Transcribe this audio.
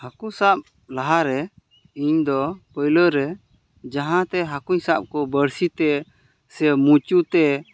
ᱦᱟ ᱠᱩ ᱥᱟᱵ ᱞᱟᱦᱟ ᱨᱮ ᱤᱧ ᱫᱚ ᱯᱩᱭᱞᱟᱹ ᱨᱮ ᱡᱟᱦᱟᱸ ᱛᱮ ᱦᱟᱹᱠᱩᱧ ᱥᱟᱵ ᱠᱚ ᱵᱟᱹᱲᱥᱤ ᱛᱮ ᱥᱮ ᱢᱩᱪᱩ ᱛᱮ